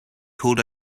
called